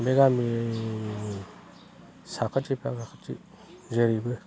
बे गामिनिनो साखाथि फाखाथि जेरैबो